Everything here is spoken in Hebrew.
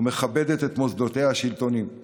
מוסדותיה השלטוניים ומכבדת אותם,